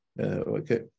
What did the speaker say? Okay